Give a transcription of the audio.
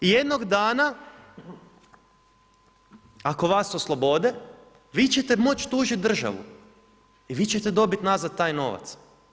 Jednog dana ako vas oslobode, vi ćete moć tužiti državu i vi ćete dobiti nazad taj novac.